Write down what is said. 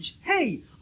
Hey